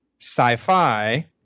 sci-fi